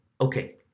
okay